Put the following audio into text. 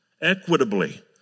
equitably